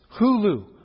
Hulu